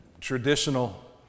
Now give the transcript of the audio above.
traditional